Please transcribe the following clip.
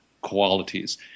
qualities